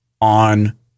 on